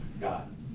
God